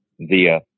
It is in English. via